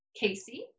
Casey